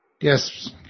Yes